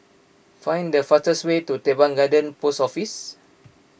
find the fastest way to Teban Garden Post Office